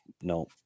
No